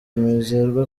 mwizerwa